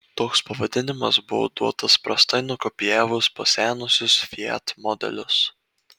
toks pavadinimas buvo duotas prastai nukopijavus pasenusius fiat modelius